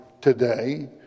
today